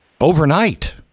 overnight